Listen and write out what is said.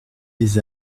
des